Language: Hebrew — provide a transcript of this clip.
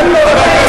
אתה הקראת,